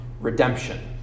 redemption